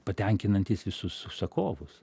patenkinantys visus užsakovus